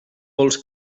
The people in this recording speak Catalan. vols